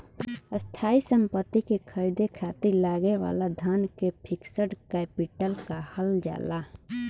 स्थायी सम्पति के ख़रीदे खातिर लागे वाला धन के फिक्स्ड कैपिटल कहल जाला